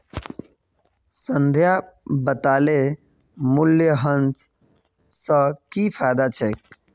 संध्या बताले मूल्यह्रास स की फायदा छेक